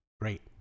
great